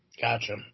Gotcha